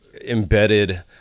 embedded